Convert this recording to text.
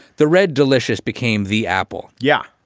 the red delicious became the apple. yeah.